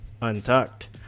untucked